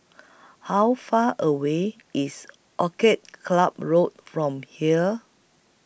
How Far away IS Orchid Club Road from here